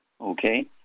Okay